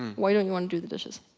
why don't you want to do the dishes?